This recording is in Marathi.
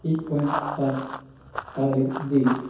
एक पॉइंट पाच तारे देत